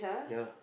ya